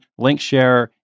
LinkShare